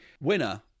winner